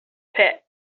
pit